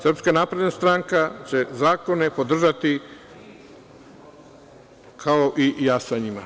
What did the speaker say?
Srpska napredna stranka će zakone podržati, a i ja sa njima.